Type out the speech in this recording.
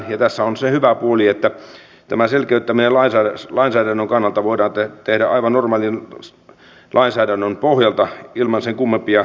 tässä on se hyvä puoli että tämä selkeyttäminen lainsäädännön kannalta voidaan tehdä aivan normaalin lainsäädännön pohjalta ilman sen kummempia kommervenkkejä